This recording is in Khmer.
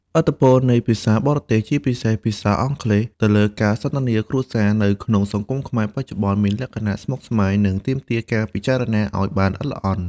ឥទ្ធិពលនៃភាសាបរទេស (ជាពិសេសភាសាអង់គ្លេស) ទៅលើការសន្ទនាគ្រួសារនៅក្នុងសង្គមខ្មែរបច្ចុប្បន្ន មានលក្ខណៈស្មុគស្មាញ និងទាមទារការពិចារណាឱ្យបានល្អិតល្អន់។